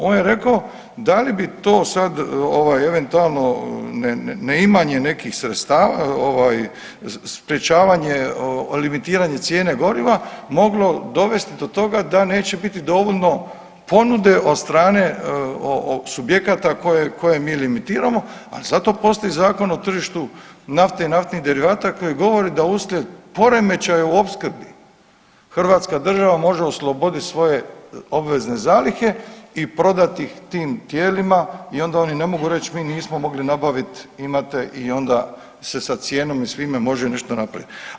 On je rekao da li bi to sad ovaj eventualno neimanje nekih sredstava ovaj sprječavanja limitiranje cijene goriva moglo dovesti do toga da neće biti dovoljno ponude od strane subjekata koje mi limitiramo, al zato postoji Zakon o tržištu nafte i naftnih derivata koji govori da uslijed poremećaja u opskrbi Hrvatska država može osloboditi svoje obvezne zalihe i prodati ih tim tijelima i onda oni ne mogu reći mi nismo mogli nabavit, imate i onda se sa cijenom i sa svime može nešto napraviti.